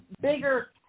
bigger